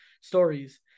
stories